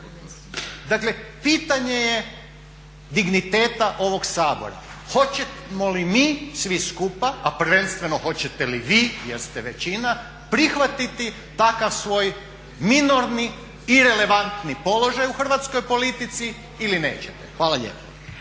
Dakle pitanje je digniteta ovog Sabora, hoćemo li mi svi skupa, a prvenstveno hoćete li vi jer ste većina prihvatiti takav svoj minorni irelevantni položaj u hrvatskoj politici ili nećete. Hvala lijepo.